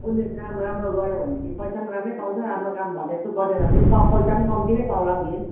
उसले काम राम्रो गऱ्यो भनेदेखि पैसा राम्रो पाउँछ राम्रो काम भनेको जस्तो गरिदिएन भने पैसा कम्ती नै पाउला उसले